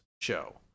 show